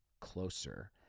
closer